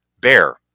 Bear